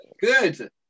Good